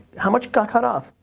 how much got cut off?